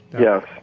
Yes